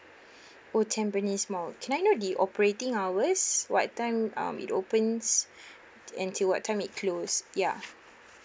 oh tampines mall can I know the operating hours what time um it opens and till what time it close ya